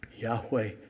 Yahweh